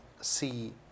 see